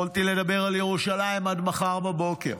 יכולתי לדבר על ירושלים עד מחר בבוקר,